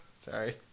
Sorry